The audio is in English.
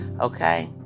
Okay